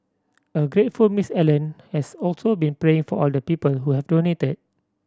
a grateful Miss Allen has also been praying for all the people who have donated